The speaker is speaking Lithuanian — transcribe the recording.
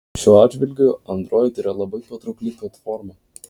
šiuo atžvilgiu android yra labai patraukli platforma